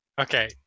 Okay